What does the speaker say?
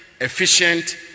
efficient